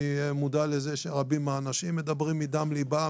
אני מודע לזה שרבים האנשים שמדברים מדם ליבם,